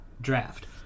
draft